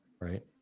right